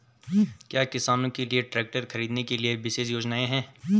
क्या किसानों के लिए ट्रैक्टर खरीदने के लिए विशेष योजनाएं हैं?